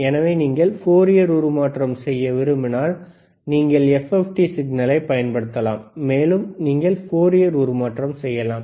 எனவே நீங்கள் ஃபோரியர் உருமாற்றம் செய்ய விரும்பினால் நீங்கள் FFT சிக்னலைப் பயன்படுத்தலாம் மேலும் நீங்கள் ஃபோரியர் உருமாற்றம் செய்யலாம்